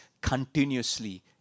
continuously